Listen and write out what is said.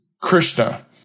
Krishna